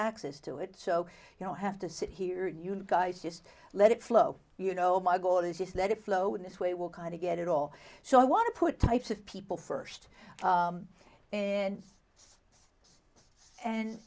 access to it so you don't have to sit here and you guys just let it flow you know my goal is just let it flow in this way will kind of get it all so i want to put types of people first and and and